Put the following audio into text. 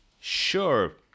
sure